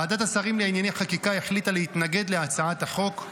ועדת השרים לענייני חקיקה החליטה להתנגד להצעת החוק.